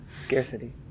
Scarcity